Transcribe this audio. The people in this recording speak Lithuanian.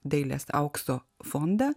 dailės aukso fondą